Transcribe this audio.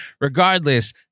Regardless